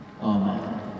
Amen